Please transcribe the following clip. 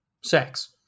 sex